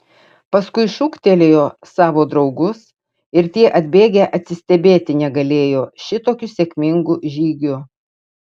paskui šūktelėjo savo draugus ir tie atbėgę atsistebėti negalėjo šitokiu sėkmingu žygiu